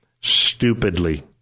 stupidly